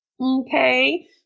okay